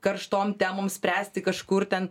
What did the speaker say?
karštom temom spręsti kažkur ten